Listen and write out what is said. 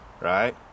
right